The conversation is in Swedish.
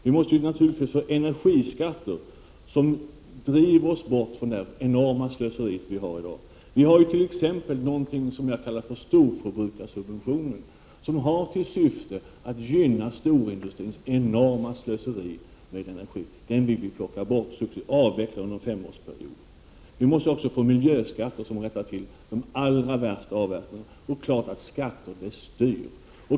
Vi måste naturligtvis få energiskatter som driver oss bort från det enorma slöseri som vi har i dag. T.ex. har vi någonting som jag kallar för storbrukarsubventionen, som har till syfte att gynna storindustrins enorma slöseri med energi. Den vill vi avveckla under en femårsperiod. Vi måste också få miljöskatter som rättar till de allra värsta avarterna, och det är klart att skatter styr.